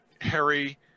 Harry